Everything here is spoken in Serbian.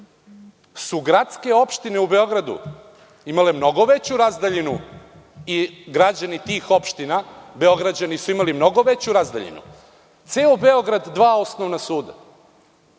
gradske opštine u Beogradu su imale mnogo veću razdaljinu i građani tih opština, Beograđani su imali mnogo veću razdaljinu, ceo Beograd je imao dva osnovna suda.